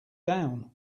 down